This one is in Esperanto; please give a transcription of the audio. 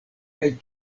kaj